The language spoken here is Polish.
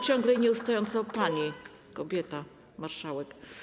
Ciągle, nieustająco pani - kobieta - marszałek.